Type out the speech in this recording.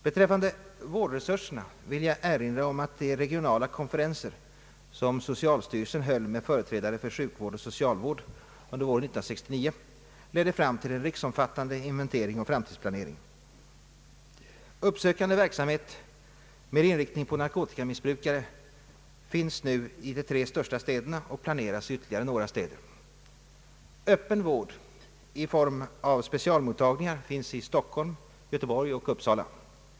Beträffande vårdresurserna vill jag erinra om att de regionala konferenser som socialstyrelsen höll med företrädare för sjukvård och socialvård under våren 1969 ledde till en riksomfattande inventering och framtidsplanering. Uppsökande verksamhet med inriktning på <narkotikamissbrukare finns nu i de tre största städerna och planeras i ytterligare några städer. Öppen vård i form av specialmottagningar finns i Stockholm, Göteborg och Uppsala.